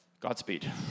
Godspeed